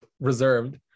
reserved